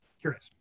curious